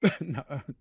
No